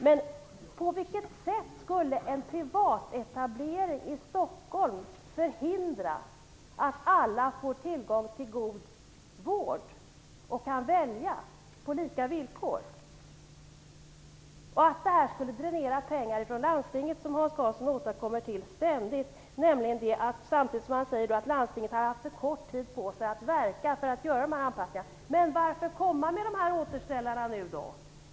Men på vilket sätt skulle en privat etablering i Stockholm förhindra att alla får tillgång till god vård och kan välja på lika villkor? Att det skulle dränera pengar från landstingen återkommer Hans Karlsson ständigt till. Samtidigt säger han att landstingen haft för kort tid på sig att verka för att göra anpassningarna. Varför kommer man med dessa återställare nu?